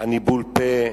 ניבול פה,